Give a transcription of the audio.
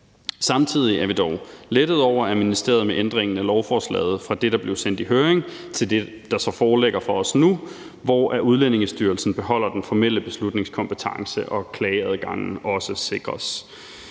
Samtidig er vi dog lettede over ministeriets ændring af lovforslaget fra det, der blev sendt i høring, til det, der så foreligger for os nu, hvor Udlændingestyrelsen beholder den formelle beslutningskompetence og klageadgangen også sikres.